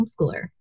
Homeschooler